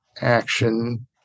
action